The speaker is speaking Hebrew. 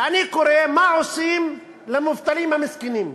ואני קורא מה עושים למובטלים המסכנים,